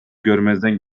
görmezden